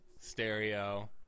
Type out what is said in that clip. stereo